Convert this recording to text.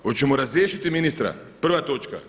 Hoćemo razriješiti ministra, prva točka.